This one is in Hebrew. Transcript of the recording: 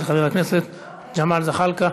של חבר הכנסת ג'מאל זחאלקה.